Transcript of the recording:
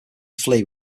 flee